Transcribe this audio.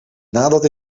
nadat